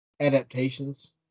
adaptations